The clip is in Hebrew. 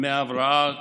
דמי הבראה,